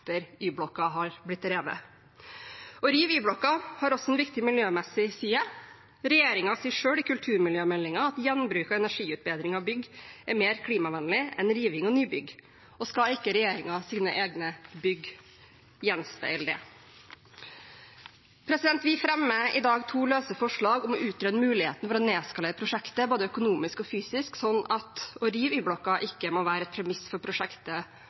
har blitt revet. Å rive Y-blokka har også en viktig miljømessig side. Regjeringen sier selv i kulturmiljømeldingen at gjenbruk og energiutbedring av bygg er mer klimavennlig enn riving og nybygg. Skal ikke regjeringens egne bygg gjenspeile det? Vi fremmer i dag to løse forslag, ett om å utrede muligheten for å nedskalere prosjektet både økonomisk og fysisk, sånn at å rive Y-blokka ikke må være et premiss for prosjektet